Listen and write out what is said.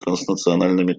транснациональными